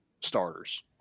starters